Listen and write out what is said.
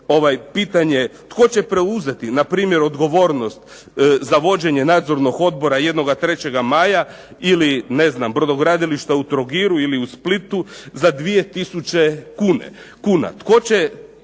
isto pitanje tko će preuzeti na primjer odgovornost za vođenje Nadzornog odbora jednoga "3. maja" ili ne znam brodogradilišta u Trogiru ili u Splitu za 2000 kuna. Tko će tu